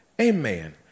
Amen